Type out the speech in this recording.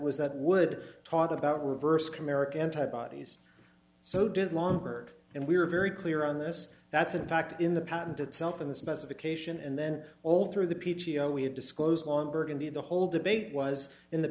was that would talk about reverse comerica anti bodies so did longer and we were very clear on this that's in fact in the patent itself in the specification and then all through the p t o we have disclosed on burgundy the whole debate was in the